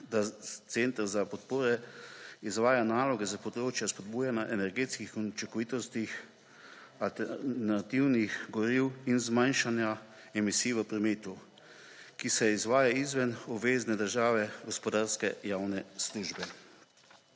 da center za podpore izvaja naloge za področje spodbujanja energetskih učinkovitostih inovativnih goriv in zmanjšanja emisij v prometu, ki se izvaja izven obvezne države gospodarske javne službe.